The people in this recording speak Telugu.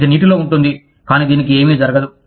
ఇది నీటిలో ఉంటుంది కానీ దీనికి ఏమీ జరగదు